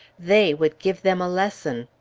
they would give them a lesson!